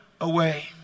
away